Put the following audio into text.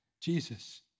Jesus